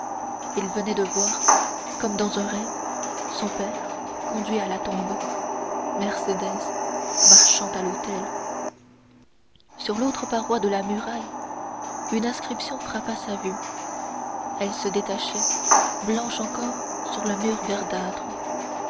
il venait de voir comme dans un rêve son père conduit à la tombe mercédès marchant à l'autel sur l'autre paroi de la muraille une inscription frappa sa vue elle se détachait blanche encore sur le mur verdâtre